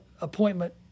appointment